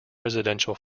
residential